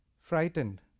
frightened